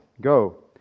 Go